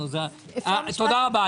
תודה רבה.